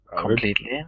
Completely